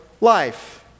life